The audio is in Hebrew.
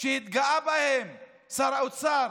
שהתגאה בהן שר האוצר?